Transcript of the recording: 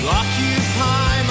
occupy